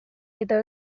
eta